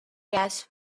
gas